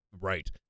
Right